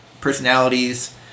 personalities